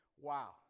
wow